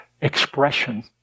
expression